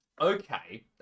Okay